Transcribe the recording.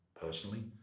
personally